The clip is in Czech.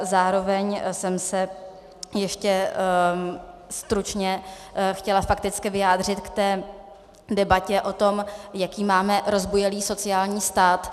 Zároveň jsem se ještě stručně chtěla fakticky vyjádřit k té debatě o tom, jaký máme rozbujelý sociální stát.